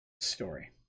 story